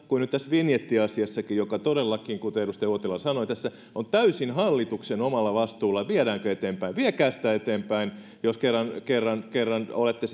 kuin nyt tässä vinjettiasiassakin jossa todellakin kuten edustaja uotila sanoi tässä on täysin hallituksen omalla vastuulla viedäänkö eteenpäin viekää sitä eteenpäin jos kerran kerran olette